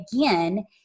again